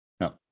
No